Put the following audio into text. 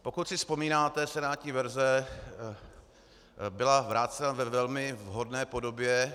Pokud si vzpomínáte, senátní verze byla vrácena ve velmi vhodné podobě.